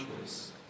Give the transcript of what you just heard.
choice